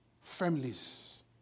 families